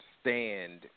stand